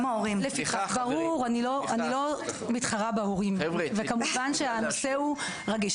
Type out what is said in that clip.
לא מתחברה בהורים, וכמובן שהנושא הוא רגיש.